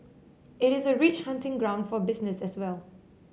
it is a rich hunting ground for business as well